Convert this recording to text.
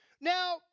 Now